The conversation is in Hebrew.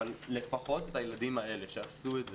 אבל לפחות הילדים האלה שעשו את זה,